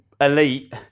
elite